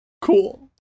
Cool